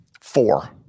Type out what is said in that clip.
Four